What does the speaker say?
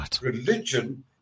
Religion